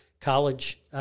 college